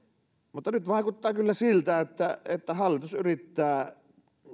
nyt vaikuttaa kyllä siltä että että hallitus yrittää